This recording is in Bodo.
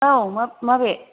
औ माबे